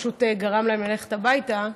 פשוט גרם להם ללכת הביתה.